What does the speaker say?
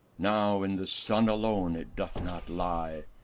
now, in the sun alone it doth not lie,